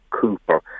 Cooper